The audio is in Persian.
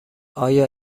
آیا